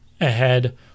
ahead